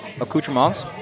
accoutrements